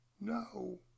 No